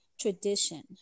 tradition